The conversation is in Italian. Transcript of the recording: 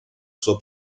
sua